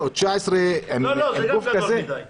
19 זה גם גבוה מדי.